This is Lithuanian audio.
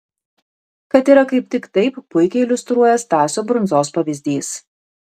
kad yra kaip tik taip puikiai iliustruoja stasio brundzos pavyzdys